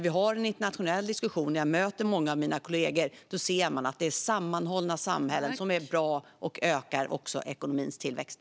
I internationella diskussioner då jag möter många av mina kollegor säger man att sammanhållna samhällen är bra och att de också ökar ekonomins tillväxt.